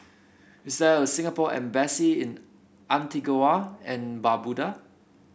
is there a Singapore Embassy in Antigua and Barbuda